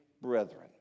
brethren